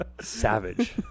Savage